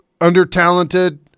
under-talented